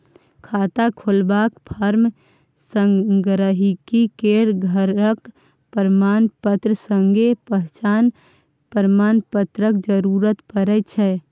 खाता खोलबाक फार्म संग गांहिकी केर घरक प्रमाणपत्र संगे पहचान प्रमाण पत्रक जरुरत परै छै